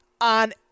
on